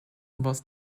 was